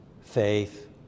faith